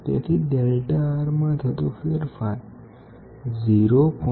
તેથી ડેલ્ટા Rમાં થતો ફેરફાર 0